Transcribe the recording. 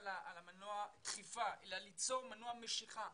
על מנוע הדחיפה אלא ליצור מנוע משיכה,